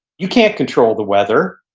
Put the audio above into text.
you can't control the weather.